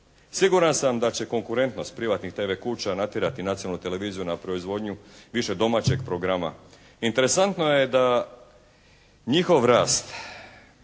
Siguran sam da će konkurentnost privatnih tv kuća natjerati nacionalnu televiziju na proizvodnju više domaćeg programa. Interesantno je da njihov rast